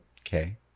Okay